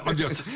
um just